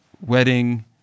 wedding